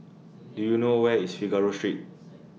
Do YOU know Where IS Figaro Street